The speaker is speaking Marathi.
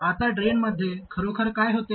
आता ड्रेनमध्ये खरोखर काय होते